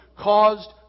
caused